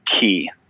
key